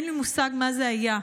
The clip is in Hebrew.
אין לי מושג מה זה היה,